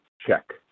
check